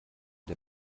der